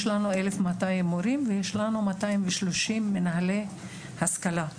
יש לנו 1,200 מורים ויש לנו 230 מנהלי השכלה.